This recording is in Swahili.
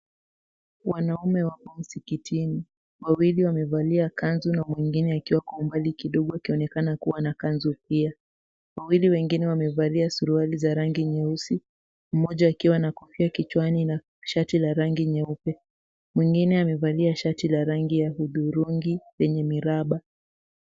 Wanaume wamo msikitini. Wawili wamevalia kanzu na mwengine akiwa kwa umbali kidogo akionekana kuwa na kanzu pia. Wawili wengine wamevalia suruali za rangi nyeusi. Mmoja akiwa na kofia kichwani na shati la rangi nyeupe. Mwengine amevalia shati la rangi ya hudhurungi yenye miraba.